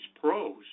pros